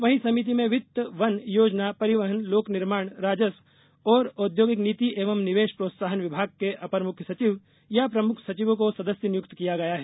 वहीं समिति में वित्त वन योजना परिवहन लोक निर्माण राजस्व और औद्योगिक नीति एवं निवेश प्रोत्साहन विभाग के अपर मुख्य सचिव या प्रमुख सचिवों को सदस्य नियुक्त किया गया है